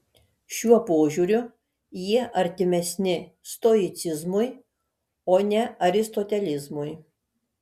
šiuo požiūriu jie artimesni stoicizmui o ne aristotelizmui